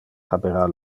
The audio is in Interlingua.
habera